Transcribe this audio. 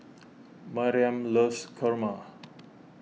Mariam loves kurma